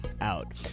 out